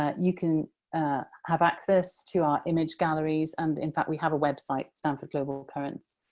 ah you can have access to our image galleries, and in fact we have a website, stanford global currents.